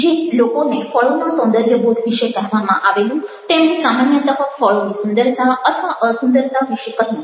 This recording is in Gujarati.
જે લોકોને ફળોના સૌંદર્યબોધ વિશે કહેવામાં આવેલું તેમણે સામાન્યતઃ ફળોની સુંદરતા અથવા અસુંદરતા વિશે કહ્યું